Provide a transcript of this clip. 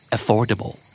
Affordable